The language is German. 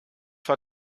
war